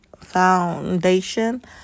Foundation